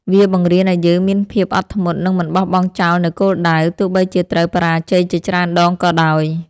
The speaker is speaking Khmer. វាបង្រៀនឱ្យយើងមានភាពអត់ធ្មត់ និងមិនបោះបង់ចោលនូវគោលដៅ ទោះបីជាត្រូវបរាជ័យជាច្រើនដងក៏ដោយ។